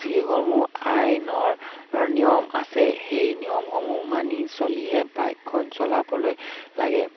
যিসমূহ আইনৰ নিয়ম আছে সেই নিয়মসমূহ মানি চলিহে বাইকখন চলাবলৈ লাগে